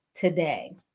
today